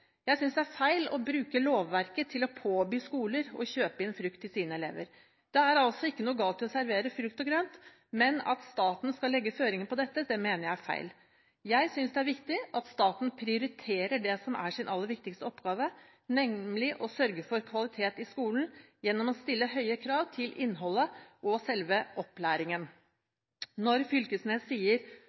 Jeg synes det er feil å bruke lovverket til å påby skoler å kjøpe inn frukt til sine elever. Det er ikke noe galt i å servere frukt og grønt, men at staten skal legge føringer på dette, mener jeg er feil. Jeg synes det er viktig at staten prioriterer det som er dens aller viktigste oppgave, nemlig å sørge for kvalitet i skolen gjennom å stille høye krav til innholdet og selve opplæringen. Når Knag Fylkesnes sier